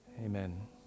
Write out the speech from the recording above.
Amen